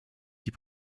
die